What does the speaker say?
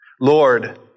Lord